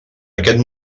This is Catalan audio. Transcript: aquest